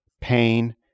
pain